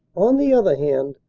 on the other hand,